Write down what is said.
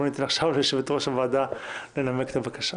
ניתן ליושבת-ראש הוועדה לנמק את הבקשה.